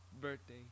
birthday